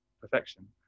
perfection